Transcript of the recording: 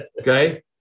Okay